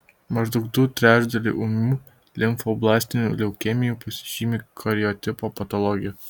maždaug du trečdaliai ūmių limfoblastinių leukemijų pasižymi kariotipo patologija